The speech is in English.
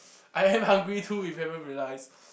I am hungry too if you haven't realise